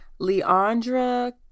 Leandra